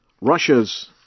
Russia's